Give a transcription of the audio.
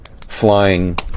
flying